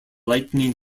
lightning